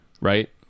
right